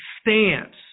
stance